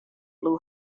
blew